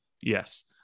Yes